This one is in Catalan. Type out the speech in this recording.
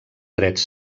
drets